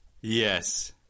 Yes